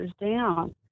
down